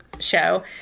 show